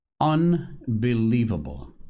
Unbelievable